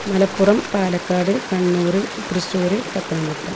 Malappuram Palakkad Kannur Thrissur Pathanamthitta